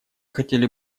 хотели